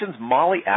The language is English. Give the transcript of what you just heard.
Molly